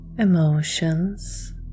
emotions